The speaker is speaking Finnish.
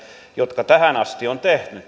jotka tähän asti on tehty